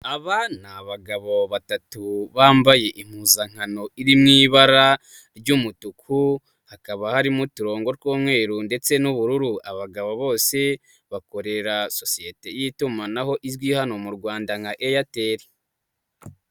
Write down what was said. Aba ni abagabo batatu bambaye impuzankano iri mu ibara ry'umutuku, hakaba harimo uturongo tw'umweru ndetse n'ubururu, aba bagabo bose bakorera sosiyete y'itumanaho izwi hano mu Rwanda nka Airtel.